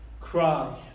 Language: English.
cry